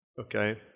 Okay